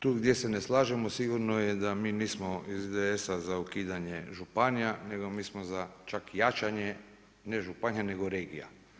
Tu gdje se ne slažemo sigurno je da mi nismo iz IDS-a za ukidanje županija, nego mi smo za čak jačanje ne županija nego regija.